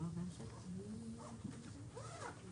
נקי ובר השגה,